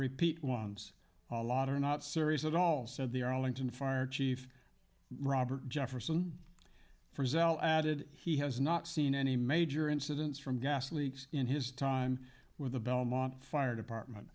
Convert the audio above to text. repeat ones a lot are not serious at all said the arlington fire chief robert jefferson for zelo added he has not seen any major incidents from gas leaks in his time with the belmont fire department